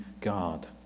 God